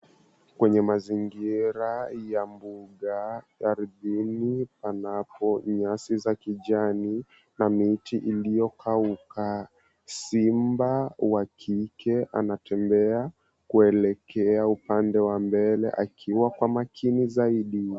Kwenye mazingira ya mbuga ardhini panapo nyasi za kijani na miti iliyokauka, simba wa kike anatembea kuelekea upande wa mbele akiwa kwa makini zaidi.